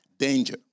danger